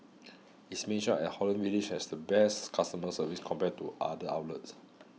its main shop at Holland Village has the best customer service compared to other outlets